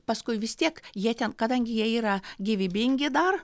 paskui vis tiek jie ten kadangi jie yra gyvybingi dar